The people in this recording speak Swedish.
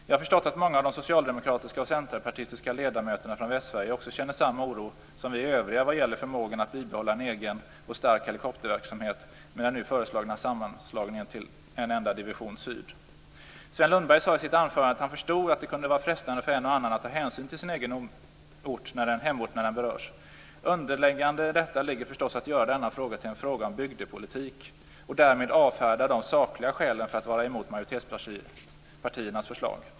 Jag har förstått att många av de socialdemokratiska och centerpartistiska ledamöterna från Västsverige också känner samma oro som vi övriga vad gäller förmågan att bibehålla en egen och stark helikopterverksamhet, med den nu föreslagna sammanslagningen till en enda division syd. Sven Lundberg sade i sitt anförande att han förstod att det kunde vara frestande för en och annan att ta hänsyn till sin egen hemort när den berörs. Underliggande ligger förstås tanken att göra denna fråga till en fråga om bygdepolitik och därmed avfärda de sakliga skälen för att vara emot majoritetens förslag.